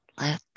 let